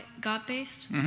God-based